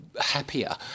Happier